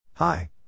Hi